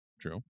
True